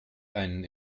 einen